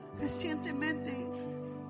recientemente